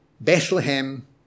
Bethlehem